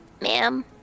Ma'am